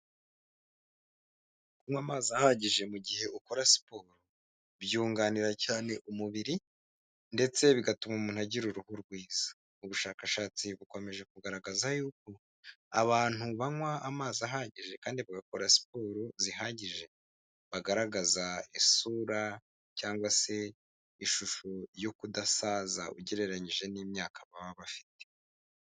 Kunywa amazi ahagije mu gihe ukora siporo, byunganira cyane umubiri, ndetse bigatuma umuntu agira uruhu rwiza, ubushakashatsi bukomeje kugaragaza yuko abantu banywa amazi ahagije, kandi bagakora siporo zihagije, bagaragaza isura cyangwa se ishusho yo kudasaza, ugereranyije n'imyaka baba bafite.